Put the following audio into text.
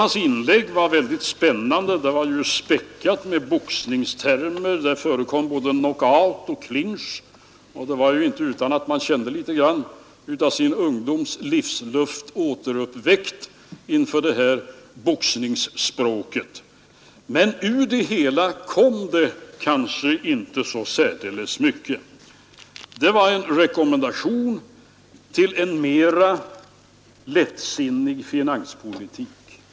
Hans inlägg var väldigt spännande och späckat med boxningstermer. Där förekom både knock out och clinch. Det var inte utan att man kände litet grand av sin ungdoms livslust återuppväckt inför detta boxningsspråk. Men ur det hela kom kanske inte så särdeles mycket. Det var en rekommendation till en mera lättsinnig finanspolitik.